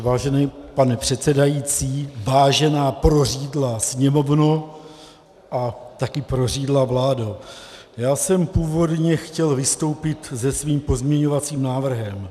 Vážený pane předsedající, vážená prořídlá Sněmovno a také prořídlá vládo, já jsem původně chtěl vystoupit se svým pozměňovacím návrhem.